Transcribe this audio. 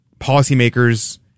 policymakers